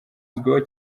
uzwiho